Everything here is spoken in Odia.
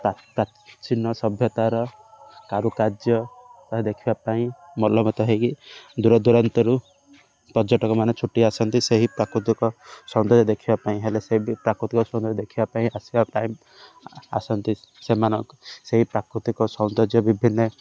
ପ୍ରାଚୀନ ସଭ୍ୟତାର କାରୁକାର୍ଯ୍ୟ ଦେଖିବା ପାଇଁ ମଲ ମତ ହେଇକି ଦୂରଦୂରାନ୍ତରୁ ପର୍ଯ୍ୟଟକମାନେ ଛୁଟି ଆସନ୍ତି ସେହି ପ୍ରାକୃତିକ ସୌନ୍ଦର୍ଯ୍ୟ ଦେଖିବା ପାଇଁ ହେଲେ ସେ ବି ପ୍ରାକୃତିକ ସୌନ୍ଦର୍ଯ୍ୟ ଦେଖିବା ପାଇଁ ଆସିବା ପାଇଁ ଆସନ୍ତି ସେମାନେ ସେହି ପ୍ରାକୃତିକ ସୌନ୍ଦର୍ଯ୍ୟ ବିଭିନ୍ନ